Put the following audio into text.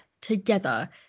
together